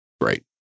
Great